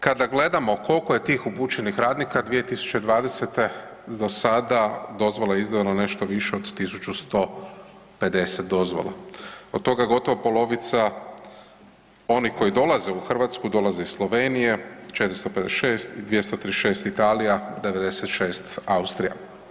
Kada gledamo koliko je tih upućenih radnika 2020. do sada dozvola izdano nešto više od 1.150 dozvola, od toga gotovo polovica oni koji dolaze u Hrvatsku dolaze iz Slovenije 456, 236 Italija, 96 Austrija.